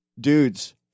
dudes